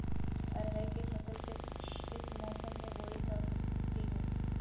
अरहर की फसल किस किस मौसम में बोई जा सकती है?